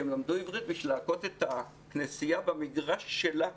כי הם למדו עברית בשביל להכות את הכנסייה במגרש שלה,